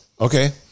okay